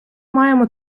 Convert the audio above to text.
маємо